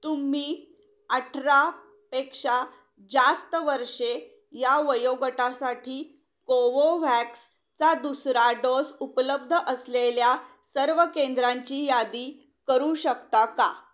तुम्ही अठरा पेक्षा जास्त वर्षे या वयोगटासाठी कोवोव्हॅक्सचा दुसरा डोस उपलब्ध असलेल्या सर्व केंद्रांची यादी करू शकता का